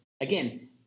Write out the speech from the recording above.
again